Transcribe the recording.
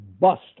bust